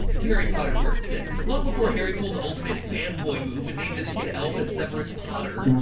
to harry potter part six. long before harry pulled the ultimate fan boy move and named his kid albus severus potter.